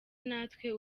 natwe